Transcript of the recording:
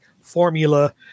formula